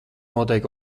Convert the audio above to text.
notiek